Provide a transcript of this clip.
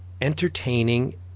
entertaining